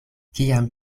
kiam